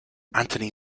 anthony